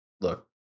look